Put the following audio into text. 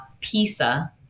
pizza